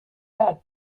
bad